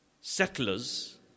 settlers